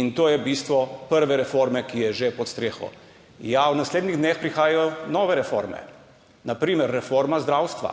In to je bistvo prve reforme, ki je že pod streho. Ja, v naslednjih dneh prihajajo nove reforme, na primer reforma zdravstva,